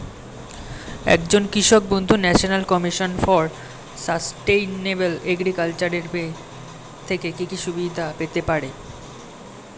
একজন কৃষক বন্ধু national commission for sustainable agriculture এর থেকে কি কি সুবিধা পেতে পারে?